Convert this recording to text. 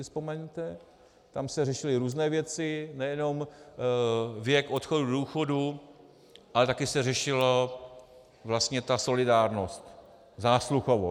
Vzpomeňte si, tam se řešily různé věci, nejenom věk odchodu do důchodu, ale taky se řešila vlastně ta solidárnost, zásluhovost.